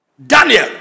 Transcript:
Daniel